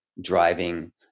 driving